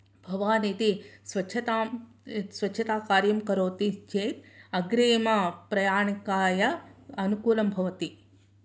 भवान् यदि स्वच्छतां स्वच्छताकार्यं करोति चेत् अग्रिमप्रयाणय अनुकूलं भवति